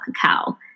cacao